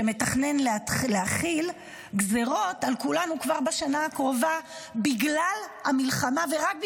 שמתכנן להחיל גזרות על כולנו כבר בשנה הקרובה בגלל המלחמה ורק בגללה,